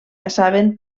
passaven